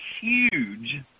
huge